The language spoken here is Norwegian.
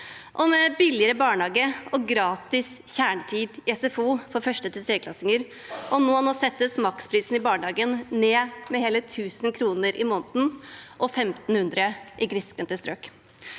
det billigere barnehage og gratis kjernetid i SFO for 1.- til 3.klassinger, og nå settes maksprisen i barnehagen ned med hele 1 000 kr i måneden og 1 500 kr i grisgrendte strøk.